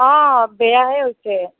অঁ বেয়াহে হৈছে